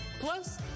Plus